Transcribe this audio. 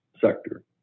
sector